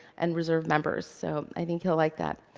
and reserve members, so, i think he'll like that.